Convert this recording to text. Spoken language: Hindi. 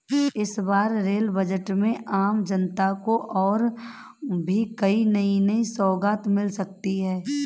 इस बार रेल बजट में आम जनता को और भी कई नई सौगात मिल सकती हैं